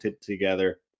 together